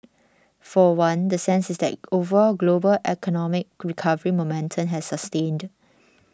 for one the sense is that overall global economic recovery momentum has sustained